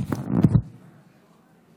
אני מבקש בתאי הסיעות שקט,